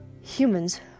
Humans